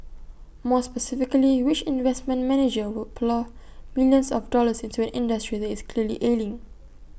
more specifically which investment manager would plough millions of dollars into an industry that is clearly ailing